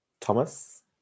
Thomas